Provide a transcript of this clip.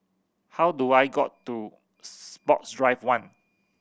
how do I got to Sports Drive One